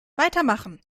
weitermachen